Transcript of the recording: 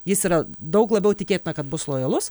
jis yra daug labiau tikėtina kad bus lojalus